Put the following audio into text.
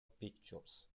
pictures